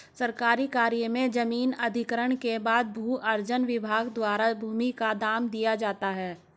सरकारी कार्य में जमीन अधिग्रहण के बाद भू अर्जन विभाग द्वारा भूमि का दाम दिया जाता है